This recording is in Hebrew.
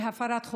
להפרת חוקים.